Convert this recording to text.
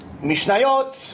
Mishnayot